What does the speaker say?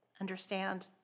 understand